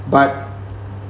but